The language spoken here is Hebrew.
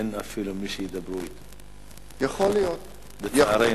אין אפילו מי שידברו אתם, לצערנו.